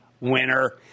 Winner